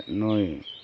ᱱᱩᱭ